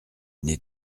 n’est